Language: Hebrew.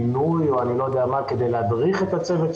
פינוי או אני לא יודע מה כדי להדריך את הצוות?